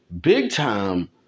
big-time